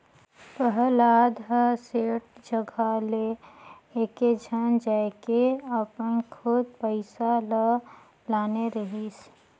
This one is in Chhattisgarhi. पहलाद ह सेठ जघा ले एकेझन जायके अपन खुद पइसा ल लाने रहिस